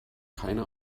keine